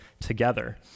together